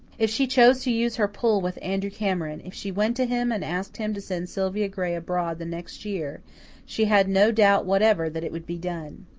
if she chose to use her pull with andrew cameron if she went to him and asked him to send sylvia gray abroad the next year she had no doubt whatever that it would be done.